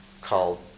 called